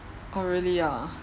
oh really ah